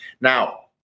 Now